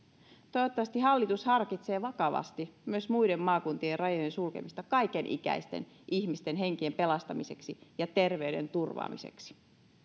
toivottavasti hallitus harkitsee vakavasti myös muiden maakuntien rajojen sulkemista kaikenikäisten ihmisten henkien pelastamiseksi ja terveyden turvaamiseksi